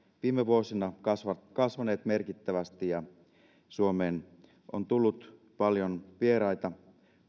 viime vuosina kasvaneet kasvaneet merkittävästi ja suomeen on tullut paljon vieraita